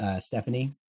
Stephanie